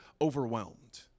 overwhelmed